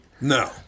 No